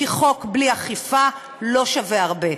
כי חוק בלי אכיפה לא שווה הרבה.